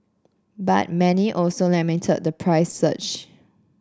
but many also lamented the price surge